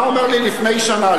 היה אומר לי לפני שנה,